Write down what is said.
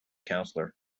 counselor